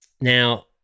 Now